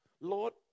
Lord